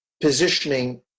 positioning